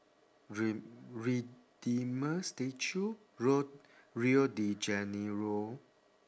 re~ redeemer statue ro~ rio de janeiro